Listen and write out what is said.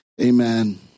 Amen